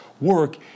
work